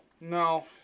No